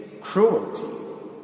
cruelty